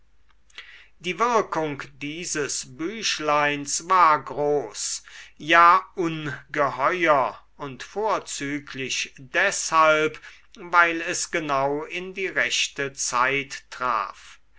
die wirkung dieses büchleins war groß ja ungeheuer und vorzüglich deshalb weil es genau in die rechte zeit traf